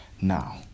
Now